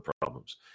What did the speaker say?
problems